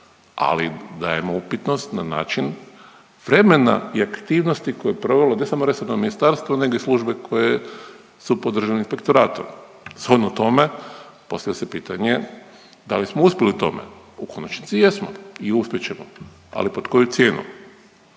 ali dajemo upitnost na način vremena i aktivnosti koje je provelo ne samo resorno ministarstvo nego i službe koje su podržane inspektoratom. Shodno tome postavlja se pitanje da li smo uspjeli u tome. U konačnici jesmo i uspjet ćemo ali pod koju cijenu.